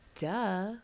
duh